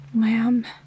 Lamb